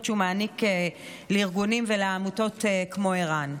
שהוא מעניק לארגונים ולעמותות כמו ער"ן.